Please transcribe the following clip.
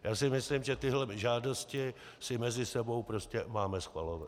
Já si myslím, že tyhle žádosti si mezi sebou prostě máme schvalovat.